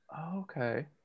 Okay